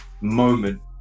moment